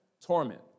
torment